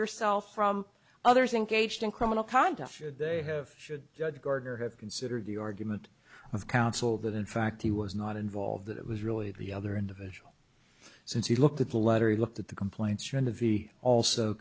yourself from others engaged in criminal conduct should they have should judge gardner have considered the argument of counsel that in fact he was not involved that it was really the other individual since he looked at the letter he looked at the complaints or end of the also